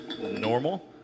normal